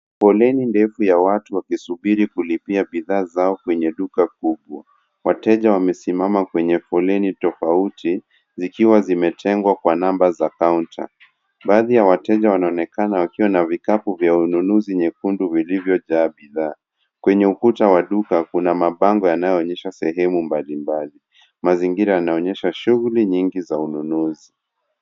Foleni ndefu ya watu wakisubiri kulipia bidhaa zao kwenye duka kubwa. Wateja wamesimama kwenye foleni tofauti zikiwa zimetengwa kwa namba za kaunta. Baadhi ya wateja wanaonekana wakiwa na vikapu vya ununuzi nyekundu vilivyojaa bidhaa. Kwenye ukuta wa duka kuna mabango yanayoonyesha sehemu mbalimbali. Mazingira yanaonyesha shughuli nyingi za ununuzi.